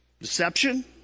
Deception